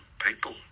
people